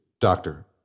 Doctor